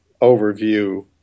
overview